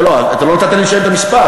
אתה לא נתת לי לסיים את המשפט.